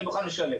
אני מוכן לשלם.